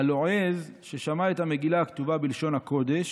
הלועז ששמע את המגילה הכתובה בלשון הקודש,